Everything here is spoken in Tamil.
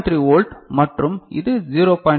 3 வோல்ட் மற்றும் இது 0